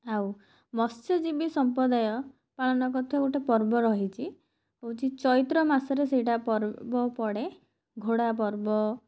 ଆଉ ମତ୍ସ୍ୟଜୀବି ସମ୍ପ୍ରଦାୟ ପାଳନ କରୁଥିବା ଗୋଟେ ପର୍ବ ରହିଛି ହେଉଛି ଚୈତ୍ର ମାସରେ ସେଇଟା ପର୍ବ ପଡ଼େ ଘୋଡ଼ା ପର୍ବ